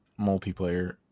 multiplayer